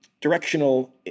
directional